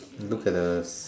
look at the